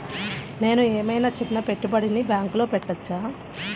నేను ఏమయినా చిన్న పెట్టుబడిని బ్యాంక్లో పెట్టచ్చా?